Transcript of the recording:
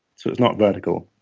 so it's not vertical.